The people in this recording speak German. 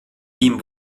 ihm